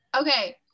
Okay